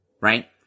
right